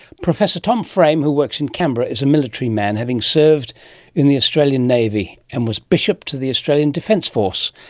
professor tom frame, who works in canberra, is a military man having served in the australian navy, and was bishop to the australian defence force.